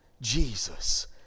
Jesus